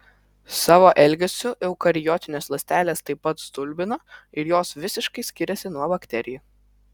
savo elgesiu eukariotinės ląstelės taip pat stulbina ir jos visiškai skiriasi nuo bakterijų